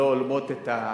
שלא הולמות את ה,